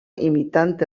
imitant